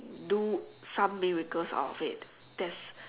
do some miracles out of it that's